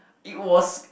it was